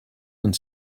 and